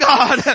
God